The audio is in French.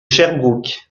sherbrooke